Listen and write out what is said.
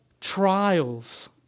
trials